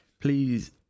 Please